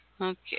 Okay